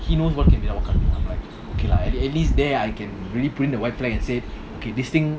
he knows what can be done what can't be done I'm like okay lah at least there I can reprint the white flag and say okay this thing